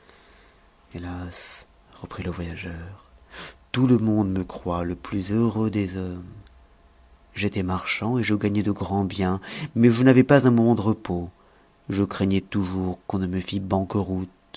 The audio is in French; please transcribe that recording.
hélas reprit le voyageur tout le monde me croit le plus heureux des hommes j'étais marchand et je gagnais de grands biens mais je n'avais pas un moment de repos je craignais toujours qu'on ne me fit banqueroute